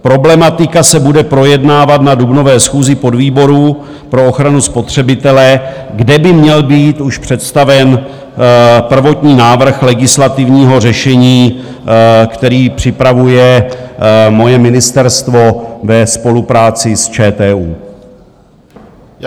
Problematika se bude projednávat na dubnové schůzi podvýborů pro ochranu spotřebitele, kde by měl být už představen prvotní návrh legislativního řešení, který připravuje moje ministerstvo ve spolupráci s ČTÚ.